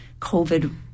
covid